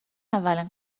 اولین